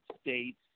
States